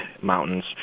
mountains